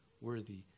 worthy